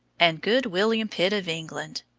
and good william pitt of england!